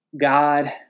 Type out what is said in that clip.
God